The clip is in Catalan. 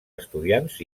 estudiants